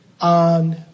on